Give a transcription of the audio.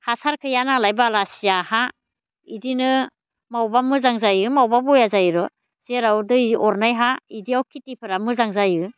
हासार गैया नालाय बालासिया हा बिदिनो बबावबा मोजां जायो बबावबा बेया जायो र' जेराव दै अरनाय हा बिदियाव खेथिफोरा मोजां जायो